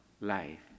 life